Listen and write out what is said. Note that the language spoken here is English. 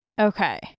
Okay